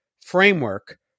framework